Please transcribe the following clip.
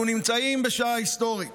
אנחנו נמצאים בשעה היסטורית